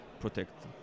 protect